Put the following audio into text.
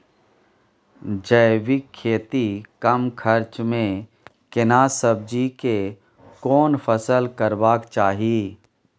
जैविक खेती कम खर्च में केना सब्जी के कोन फसल करबाक चाही?